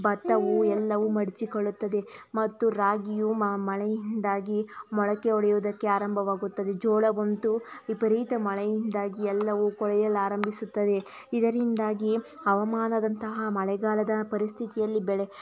ಭತ್ತವು ಎಲ್ಲವೂ ಮಡಚಿಕೊಳ್ಳುತ್ತದೆ ಮತ್ತು ರಾಗಿಯೂ ಮಳೆಯಿಂದಾಗಿ ಮೊಳಕೆ ಹೊಡೆಯುವುದಕ್ಕೆ ಆರಂಭವಾಗುತ್ತದೆ ಜೋಳವಂತೂ ವಿಪರೀತ ಮಳೆಯಿಂದಾಗಿ ಎಲ್ಲವೂ ಕೊಳೆಯಲಾರಂಭಿಸುತ್ತವೆ ಇದರಿಂದಾಗಿ ಹವಾಮಾನದಂತಹ ಮಳೆಗಾಲದ ಪರಿಸ್ಥಿತಿಯಲ್ಲಿ ಬೆಳೆ